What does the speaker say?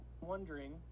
wondering